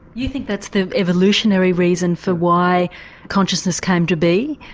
you think that's the evolutionary reason for why consciousness came to be?